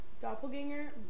Doppelganger